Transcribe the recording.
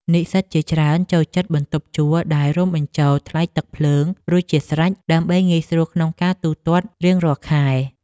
និស្សិតជាច្រើនចូលចិត្តបន្ទប់ជួលដែលរួមបញ្ចូលថ្លៃទឹកភ្លើងរួចជាស្រេច ដើម្បីងាយស្រួលក្នុងការទូទាត់រៀងរាល់ខែ។